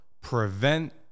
prevent